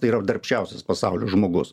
tai yra darbščiausias pasaulyj žmogus